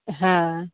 हाँ